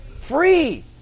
Free